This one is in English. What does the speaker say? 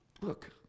look